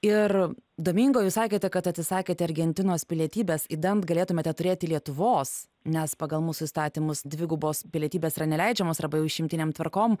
ir domingo jūs sakėte kad atsisakėte argentinos pilietybės idant galėtumėte turėti lietuvos nes pagal mūsų įstatymus dvigubos pilietybės yra neleidžiamos arba jau išimtinėm tvarkom